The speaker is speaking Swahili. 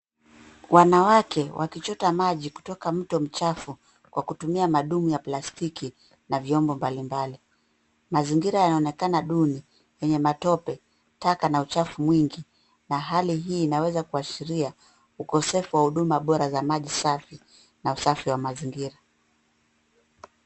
Wanawake, wakichota maji kutoka mto mchafu, kwa kutumia madumu ya plastiki, na vyombo mbalimbali. Mazingira yanaonekana duni, yenye matope, taka, na uchafu, mwingi, na hali hii inaweza kuashiria ukosefu wa huduma bora za maji safi, na mazingira.